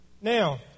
Now